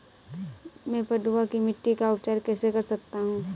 मैं पडुआ की मिट्टी का उपचार कैसे कर सकता हूँ?